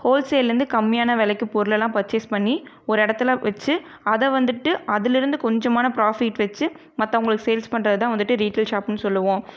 ஹோல்சேல்லேந்து கம்மியான விலக்கி பொருளெல்லாம் பர்ச்சேஸ் பண்ணி ஒரு இடத்துல வச்சு அதை வந்துட்டு அதுலருந்து கொஞ்சமான புராஃபிட் வச்சு மத்தவங்குளுக்கு சேல்ஸ் பண்ணுறதுதான் வந்துட்டு ரீட்டைல் ஷாப்ன்னு சொல்லுவோம்